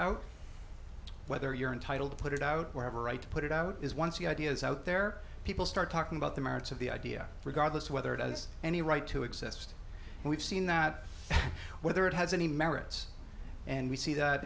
out whether you're entitled to put it out whatever right to put it out is once the ideas out there people start talking about the merits of the idea regardless of whether it has any right to exist and we've seen that whether it has any merits and we see that